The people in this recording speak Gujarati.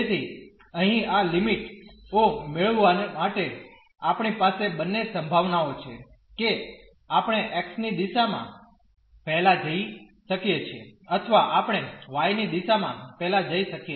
તેથી અહીં આ લિમિટ ઓ મેળવવા માટે આપણી પાસે બંને સંભાવનાઓ છે કે આપણે x ની દિશામાં પહેલા જઈ શકીએ છીએ અથવા આપણે y ની દિશામાં પહેલા જઈ શકીએ છીએ